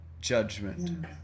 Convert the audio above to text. judgment